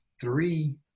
three